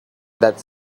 that